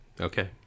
Okay